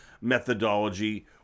methodology